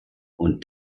und